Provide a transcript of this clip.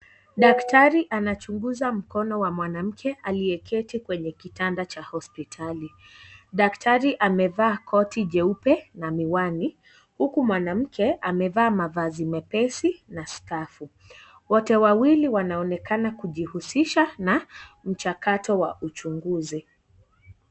Daktari anachunguza mkono wa mwanamke aliyeketi kwenye kitanda cha hospitali .Daktari amevaa koi jeupe na mihiwani huku mwanamke amevaa mavazi mepesi na skafu wotwe wawili wanaonekana kujihusisha na mchakato wa uchunguzi.